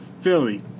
Philly